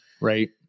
right